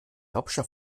hauptstadt